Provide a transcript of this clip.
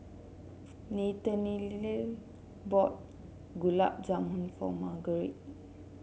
Nathaniel bought Gulab Jamun for Marguerite